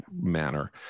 manner